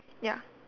ya